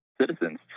citizens